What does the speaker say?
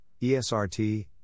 ESRT